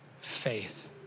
faith